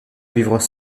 vivre